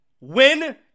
win